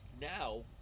now